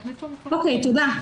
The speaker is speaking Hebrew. תודה.